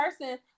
person